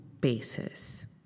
basis